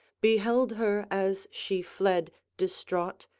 beheld her as she fled distraught,